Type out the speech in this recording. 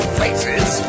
faces